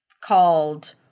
called